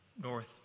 north